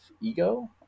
ego